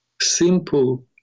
simple